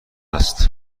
است